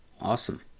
Awesome